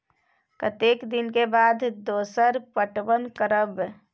कतेक दिन के बाद दोसर पटवन करब?